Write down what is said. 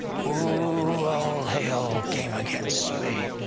ooh, all hell came against me,